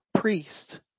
priest